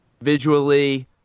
Visually